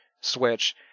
Switch